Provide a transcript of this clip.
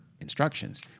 instructions